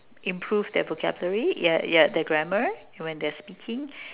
improve their vocabulary yeah yeah their grammar when they're speaking